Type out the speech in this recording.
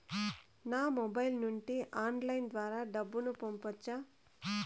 నా మొబైల్ నుండి ఆన్లైన్ ద్వారా డబ్బును పంపొచ్చా